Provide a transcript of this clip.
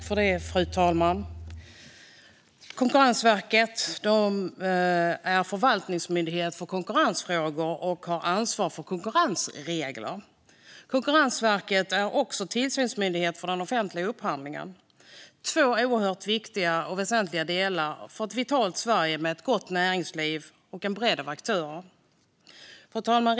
Fru talman! Konkurrensverket är förvaltningsmyndighet för konkurrensfrågor och har ansvar över konkurrensreglerna. Konkurrensverket är också tillsynsmyndighet för den offentliga upphandlingen. Det är två oerhört väsentliga delar för att vitalisera Sverige med ett gott näringsliv och en bredd av aktörer. Fru talman!